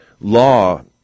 law